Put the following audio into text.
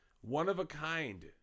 one-of-a-kind